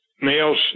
males